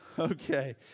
Okay